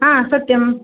आ सत्यम्